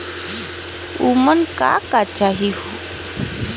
उमन का का चाही?